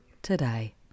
today